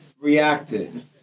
reacted